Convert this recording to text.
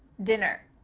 dinner,